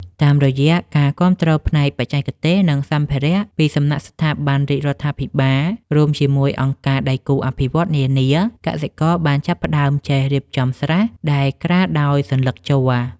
តាមរយៈការគាំទ្រផ្នែកបច្ចេកទេស និងសម្ភារៈពីសំណាក់ស្ថាប័នរាជរដ្ឋាភិបាល រួមជាមួយអង្គការដៃគូអភិវឌ្ឍន៍នានា កសិករបានចាប់ផ្ដើមចេះរៀបចំស្រះដែលក្រាលដោយសន្លឹកជ័រ។